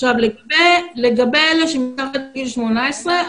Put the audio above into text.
לגבי אלה שמתחת לגיל 18,